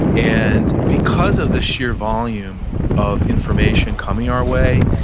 and because of the sheer volume of information coming our way,